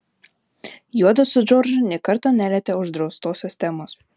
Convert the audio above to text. juodu su džordžu nė karto nelietė uždraustosios temos